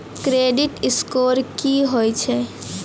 Credit score की होय छै?